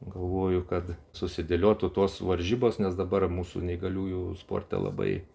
galvoju kad susidėliotų tos varžybos nes dabar mūsų neįgaliųjų sporte labai